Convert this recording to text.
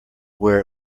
where